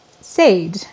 sage